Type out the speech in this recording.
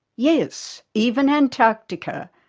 yes, even antarctica.